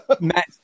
Matt